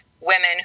women